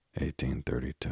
1832